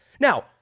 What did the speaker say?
Now